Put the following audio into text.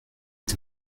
est